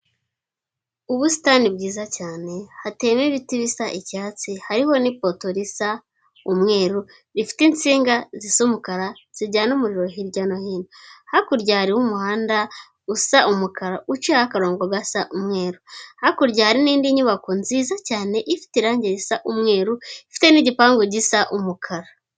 Ubusitani bwiza cyane hateyemo ibiti bisa icyatsi, harimo ni poto risa umweru rifite insinga zisa umukara zijyana umuriro hirya no hino, hakurya hari hariho umuhanda usa umukara ucaiyeho akarongo gasa umweru, hakurya hari n'indi nyubako nziza cyane ifite irangi risa umweru ifite n'igipangu gisa umukara.